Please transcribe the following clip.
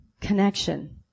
connection